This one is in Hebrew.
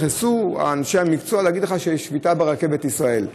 נכנסו אנשי המקצוע להגיד לך שיש שביתה ברכבת ישראל.